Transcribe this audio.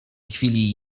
chwili